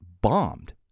bombed